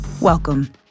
welcome